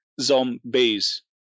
Zombies